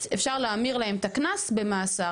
אפשר להמיר להם את הקנס במאסר?